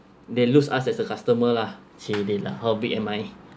they lose us as a customer lah !chey! dey lah how big am I